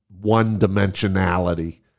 one-dimensionality